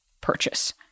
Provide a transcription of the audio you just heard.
purchase